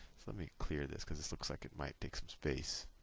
let me clear this, because it looks like it might take some space.